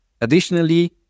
Additionally